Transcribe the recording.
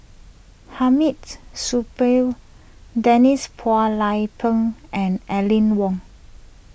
Hamid's Supaat Denise Phua Lay Peng and Aline Wong